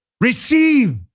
Receive